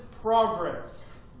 progress